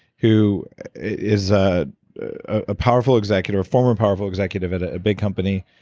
who is a ah powerful executive, a former powerful executive at a big company,